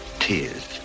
tears